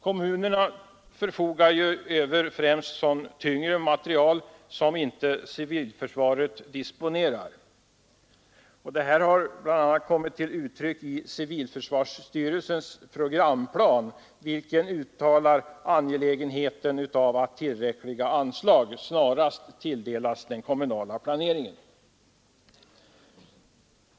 Kommunerna förfogar över främst sådan tyngre materiel som civilförsvaret inte disponerar över. Detta har bl.a. kommit till uttryck i civilförsvarsstyrelsens programplan, i vilken man uttalar angelägenheten av att tillräckliga anslag snarast tilldelas den kommunala planeringen.